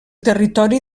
territori